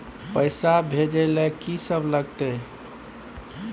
पैसा भेजै ल की सब लगतै?